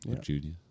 Junior